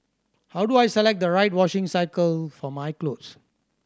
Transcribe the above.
how do I select the right washing cycle for my clothes